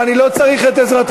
ואני לא צריך את עזרתכם,